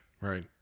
Right